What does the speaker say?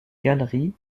galerie